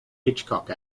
hitchcock